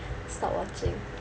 stop watching